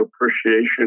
appreciation